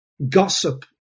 Gossip